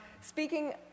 Speaking